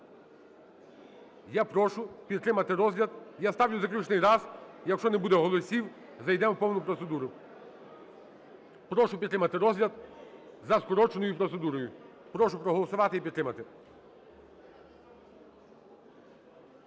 Я прошу підтримати розгляд, я ставлю в заключний раз, якщо не буде голосів, зайдемо в повну процедуру. Прошу підтримати розгляд за скороченою процедурою. Прошу проголосувати і підтримати.